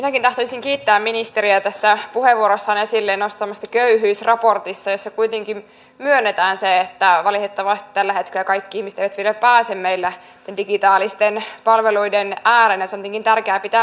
minäkin tahtoisin kiittää ministeriä hänen tässä puheenvuorossa esille nostamastaan köyhyysraportista jossa kuitenkin myönnetään se että valitettavasti tällä hetkellä kaikki ihmiset eivät vielä pääse meillä digitaalisten palveluiden ääreen ja se on tietenkin tärkeää pitää mielessä